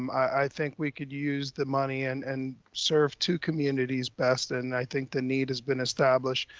um i think we could use the money and, and serve two communities best. and i think the need has been established.